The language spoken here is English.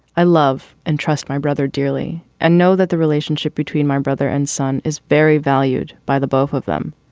i love and trust my brother dearly and know that the relationship between my brother and son is very valued by the both of them.